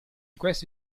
queste